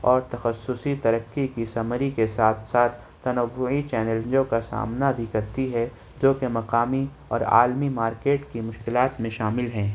اور تخصصی ترقی کی سمری کے ساتھ ساتھ تنوعی چیلنجوں کا سامنا بھی کرتی ہے جو کہ مقامی اور عالمی مارکیٹ کی مشکلات میں شامل ہیں